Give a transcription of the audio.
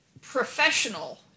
professional